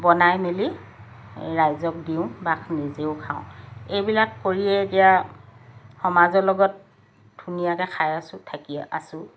বনাই মেলি ৰাইজক দিওঁ বা নিজেও খাওঁ এইবিলাক কৰিয়ে এতিয়া সমাজৰ লগত ধুনীয়াকৈ খাই আছোঁ থাকি আছোঁ